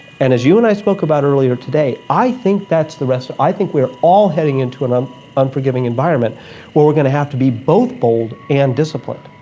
and as you and i spoke about earlier today, i think that's the recipe, i think we are all heading into an ah unforgiving environment where we're going to have to be both bold and disciplined.